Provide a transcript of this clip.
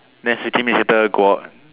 then sixty minutes later go out